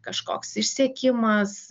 kažkoks išsekimas